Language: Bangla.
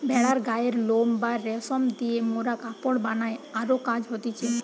ভেড়ার গায়ের লোম বা রেশম দিয়ে মোরা কাপড় বানাই আরো কাজ হতিছে